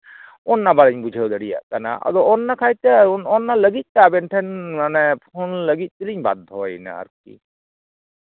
ᱚᱱᱱᱟ ᱵᱟᱞᱤᱧ ᱵᱩᱡᱷᱟᱹᱣ ᱫᱟᱲᱮᱭᱟᱜ ᱠᱟᱱᱟ ᱟᱫᱚ ᱚᱱᱱᱟ ᱠᱷᱟᱹᱛᱤᱨ ᱛᱮ ᱚᱱᱱᱟ ᱞᱟᱹᱜᱤᱫ ᱛᱮ ᱟᱵᱮᱱ ᱴᱷᱮᱱ ᱢᱟᱱᱮ ᱯᱷᱳᱱ ᱞᱟᱹᱜᱤᱫ ᱛᱮᱞᱤᱧ ᱵᱟᱫᱽᱫᱷᱚᱭᱮᱱᱟ ᱟᱨᱠᱤ